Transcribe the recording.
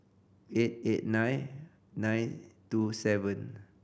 eight eight nine nine two seven